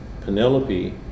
Penelope